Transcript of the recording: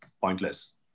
pointless